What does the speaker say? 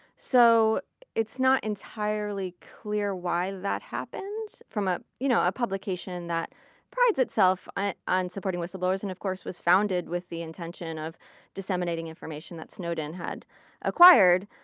so it's not entirely clear why that happened from a you know ah publication that prides itself ah on supporting whistleblowers, and of course was founded with the intention of disseminating information that snowden had acquired,